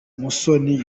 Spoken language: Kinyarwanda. musoni